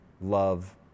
love